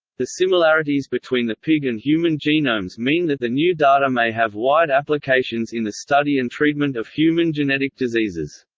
the similarities between the pig and human genomes mean that the new data may have wide applications in the study and treatment of human genetic diseases.